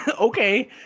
Okay